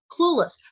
Clueless